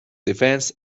defense